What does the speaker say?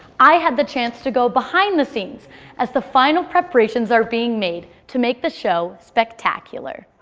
i had the chance to go behind the scenes as the final preparations are being made to make the show spectacualr.